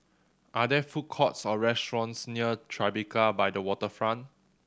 are there food courts or restaurants near Tribeca by the Waterfront